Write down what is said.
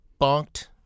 bonked